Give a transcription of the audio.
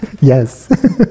Yes